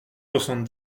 soixante